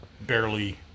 barely